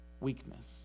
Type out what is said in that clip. Weakness